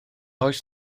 oes